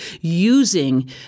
using